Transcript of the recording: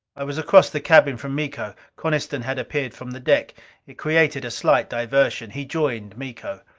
it was across the cabin from miko. coniston had appeared from the deck it created a slight diversion. he joined miko.